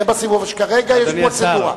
כרגע, יש פרוצדורה.